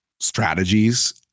strategies